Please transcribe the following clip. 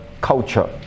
culture